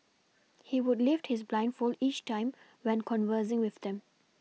he would lift his blindfold each time when conversing with them